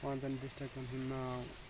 پانٛژَن ڈِسٹرکَن ہُنٛد ناو